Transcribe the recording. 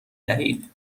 دهید